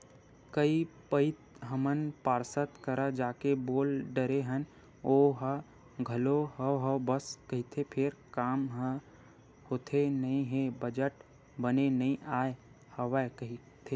कई पइत हमन पार्षद करा जाके बोल डरे हन ओहा घलो हव हव बस कहिथे फेर काम ह होथे नइ हे बजट बने नइ आय हवय कहिथे